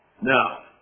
Now